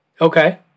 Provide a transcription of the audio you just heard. Okay